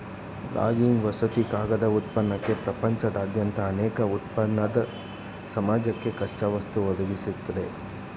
logging ವಸತಿ ಕಾಗದ ಉತ್ಪನ್ನಕ್ಕೆ ಪ್ರಪಂಚದಾದ್ಯಂತ ಅನೇಕ ಉತ್ಪನ್ನದ್ ಸಮಾಜಕ್ಕೆ ಕಚ್ಚಾವಸ್ತು ಒದಗಿಸ್ತದೆ